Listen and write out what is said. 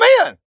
amen